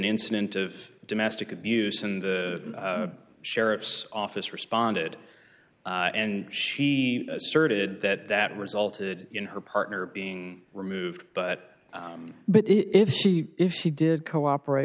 incident of domestic abuse in the sheriff's office responded and she asserted that that resulted in her partner being removed but but if she if she did cooperate